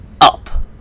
up